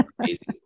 amazing